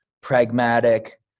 pragmatic